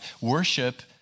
Worship